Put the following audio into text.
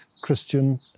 Christian